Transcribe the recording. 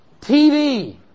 TV